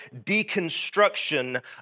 deconstruction